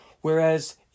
Whereas